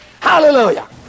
Hallelujah